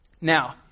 Now